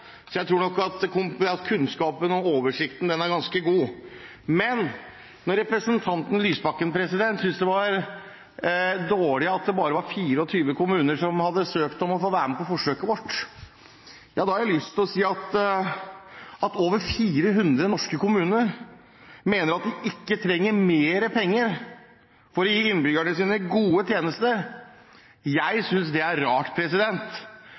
så jeg tror nok at kunnskapen og oversikten er ganske god. Men når representanten Lysbakken synes det var dårlig at det bare vare 24 kommuner som hadde søkt om å få være med på forsøket vårt, har jeg lyst til å si at over 400 norske kommuner mener at de ikke trenger mer penger for å gi innbyggerne sine gode tjenester. Jeg synes det er rart,